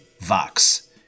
Vox